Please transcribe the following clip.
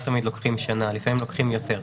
תמיד לוקחים שנה - לפעמים לוקחים יותר.